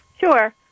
Sure